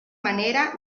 manera